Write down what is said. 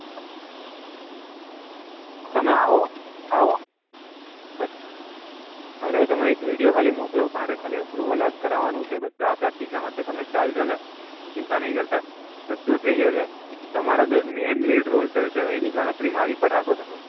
ચોક્કસ ચોક્કસ તમે આવો આવો બસ અરે તમે એક વિડીયો ખાલી મોકલો મારે ખાલી અપરુવલ જ કરાવવાનું છે બધા આપણાં ખીસામાં જ છે તમને ખ્યાલ છે ને ચિંતા નહીં કરતા બધું થઈ જશે તમારો જે મેન લીડ રોલ થશે એની ગણતરી મારી પર રાખો તમે